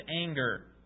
anger